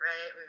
Right